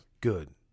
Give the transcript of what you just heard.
good